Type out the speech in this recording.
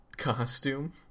Costume